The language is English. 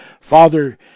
Father